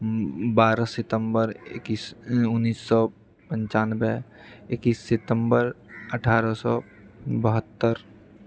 बारह सितम्बर एकैस उन्नैस सए पंचानबे एकैस सितम्बर अठारह सए बहत्तर